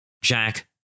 Jack